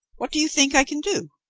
what do you think i can do?